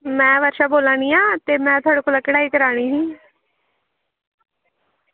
में वर्षा बोला निं आं ते में थुआढ़े कोला कढ़ाई करानी ही